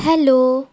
hello